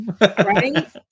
Right